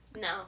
no